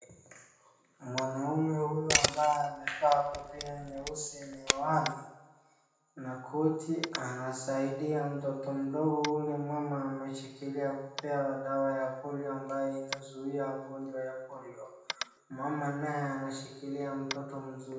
Mwanaume huyu ambaye amevaa kofia nyeusi, miwani na kofia anasaidia mtoto mdogo yule mama ameshikilia kupewa dawa ya polio ambayo inazuia ugonjwa ya polio. Mama naye anashukilia mtoto mzuri.